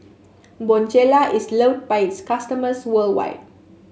Bonjela is loved by its customers worldwide